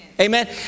Amen